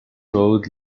road